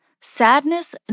Sadness